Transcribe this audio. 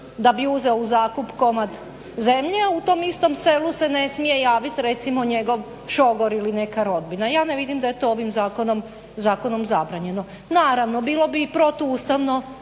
da bi uzeo u zakup zemlje u tom isto selu se ne smije javiti recimo njegov šogor ili neka rodbina? Ja ne vidim da je to ovim zakonom zabranjeno. Naravno bilo bi protuustavno